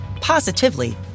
positively